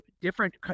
different